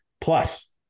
Plus